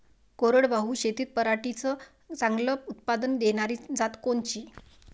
कोरडवाहू शेतीत पराटीचं चांगलं उत्पादन देनारी जात कोनची?